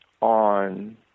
on